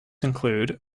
include